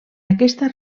aquesta